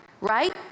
Right